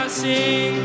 sing